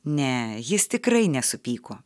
ne jis tikrai nesupyko